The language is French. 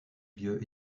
lieu